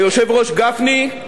היושב-ראש גפני,